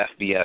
FBS